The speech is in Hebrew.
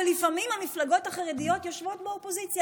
ולפעמים המפלגות החרדיות יושבות באופוזיציה,